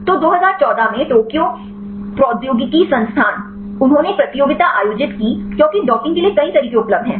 तो 2014 में टोक्यो प्रौद्योगिकी संस्थान उन्होंने एक प्रतियोगिता आयोजित की क्योंकि डॉकिंग के लिए कई तरीके उपलब्ध हैं